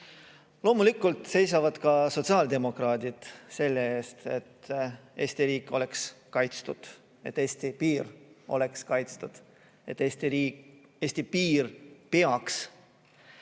Loomulikult seisavad ka sotsiaaldemokraadid selle eest, et Eesti riik oleks kaitstud, et Eesti piir oleks kaitstud, et Eesti piir peaks.